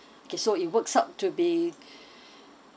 okay so it works out to be